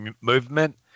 movement